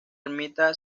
ermita